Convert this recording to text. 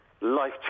life